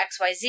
XYZ